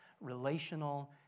relational